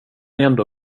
ändå